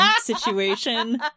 situation